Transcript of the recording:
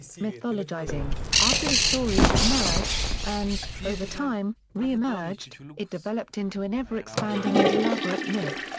mythologizing after the story submerged, and, over time, reemerged, it developed into an ever-expanding and elaborate myth.